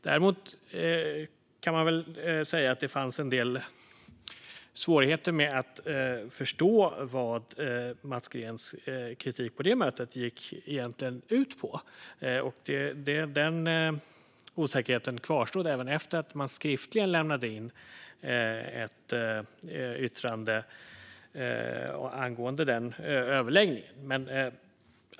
Däremot kan man väl säga att det fanns en del svårigheter att förstå vad Mats Greens kritik på detta möte egentligen gick ut på. Den osäkerheten kvarstod även efter att man skriftligen lämnat in ett yttrande angående den överläggningen.